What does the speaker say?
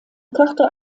karte